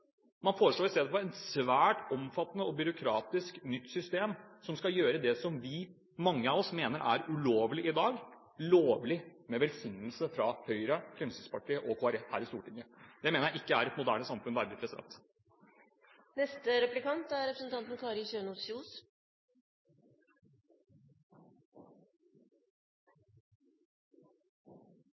Man foreslår istedenfor et svært omfattende og byråkratisk nytt system som skal gjøre det som mange av oss mener er ulovlig i dag, lovlig, med velsignelse fra Høyre, Fremskrittspartiet og Kristelig Folkeparti her i Stortinget. Det mener jeg ikke er et moderne samfunn verdig. Arbeiderpartiet sier i sine egne merknader: «Disse medlemmer viser til at det er